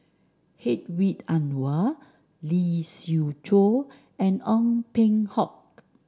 Hedwig Anuar Lee Siew Choh and Ong Peng Hock